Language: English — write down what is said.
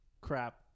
crap